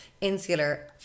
Insular